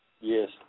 Yes